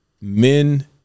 Men